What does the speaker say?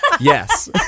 yes